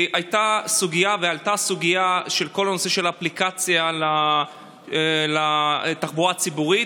עלתה הסוגיה של כל נושא האפליקציה לתחבורה הציבורית.